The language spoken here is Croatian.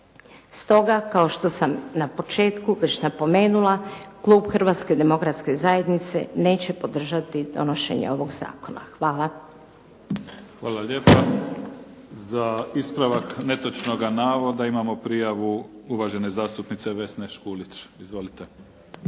Stoga kao što sam na početku već napomenula, klub Hrvatske demokratske zajednice neće podržati donošenje ovog zakona. Hvala. **Mimica, Neven (SDP)** Hvala lijepa. Za ispravak netočnoga navoda imamo prijavu uvažene zastupnice Vesne Škulić. Izvolite.